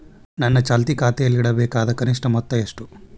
ನನ್ನ ಚಾಲ್ತಿ ಖಾತೆಯಲ್ಲಿಡಬೇಕಾದ ಕನಿಷ್ಟ ಮೊತ್ತ ಎಷ್ಟು?